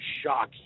shock